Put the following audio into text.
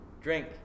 drink